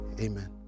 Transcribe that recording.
amen